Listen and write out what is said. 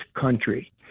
country